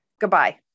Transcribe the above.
goodbye